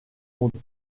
monde